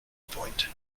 point